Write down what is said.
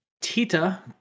Tita